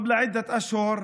לפני כמה חודשים